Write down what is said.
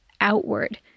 outward